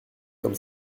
comme